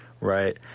right